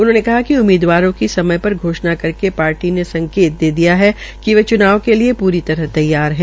उन्होंने कहा कि उम्मीदवारों की समय पर घोषणा करके पार्टी ने संकेत दे दिया है कि वे च्नाव के लिये पूरी तरह तैयार है